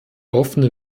offene